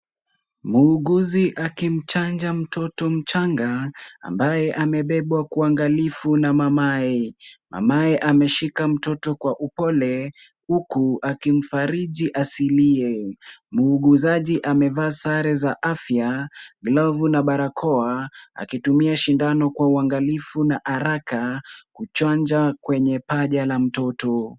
Muuguzi akimuchanja mtoto mchanga ambaye amebebwa kwa uangalifu na mamaye. Mamaye ameshika mtoto kwa upole, huku akimfariji asilie. Mguuzaji amevaa sare za afya, glovu na barakoa, akitumia sindano kwa uangalifu na haraka, kuchanja kwenye paja la mtoto.